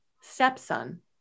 stepson